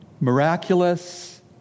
miraculous